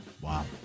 Wow